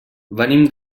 venim